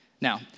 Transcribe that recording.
Now